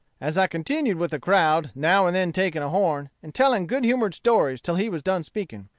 as i continued with the crowd, now and then taking a horn, and telling good-humored stories till he was done speaking.